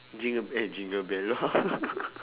jingle bell jingle bell lor